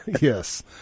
Yes